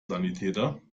sanitäter